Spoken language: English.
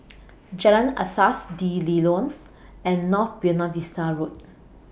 Jalan Asas D'Leedon and North Buona Vista Road